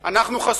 אנחנו חשופים,